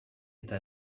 eta